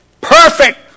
perfect